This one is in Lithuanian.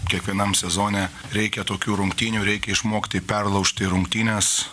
kiekvienam sezone reikia tokių rungtynių reikia išmokti perlaužti rungtynes